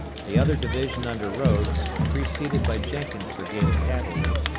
the other division under rodes, preceded by jenkins' brigade of cavalry,